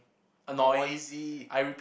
noisy